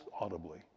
audibly